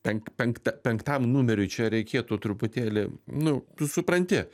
pen penkt penktam numeriui čia reikėtų truputėlį nu supranti